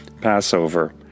Passover